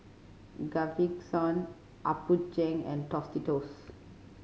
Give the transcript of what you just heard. Gaviscon Apgujeong and Tostitos